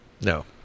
No